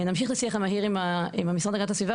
נמשיך את השיח המהיר עם המשרד להגנת הסביבה,